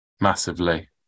massively